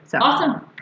Awesome